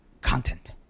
Content